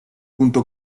junto